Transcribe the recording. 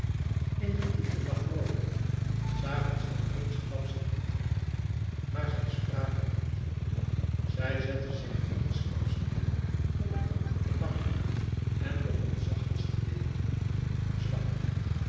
in de diepte lag rome zagen zij eensklaps sint pieter maar zij spraken niet zij zette zich eensklaps neêr op een antieke bank en begon zachtjes te weenen zwak